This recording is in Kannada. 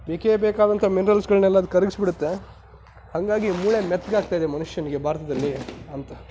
ಬೇಕೇ ಬೇಕಾದಂಥ ಮಿನರಲ್ಸ್ಗಳನ್ನೆಲ್ಲ ಅದು ಕರಗಿಸಿಬಿಡುತ್ತೆ ಹಾಗಾಗಿ ಮೂಳೆ ಮೆತ್ತಗಾಗ್ತಾ ಇದೆ ಮನುಷ್ಯನಿಗೆ ಭಾರತದಲ್ಲಿ ಅಂತ